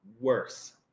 worse